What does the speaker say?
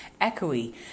echoey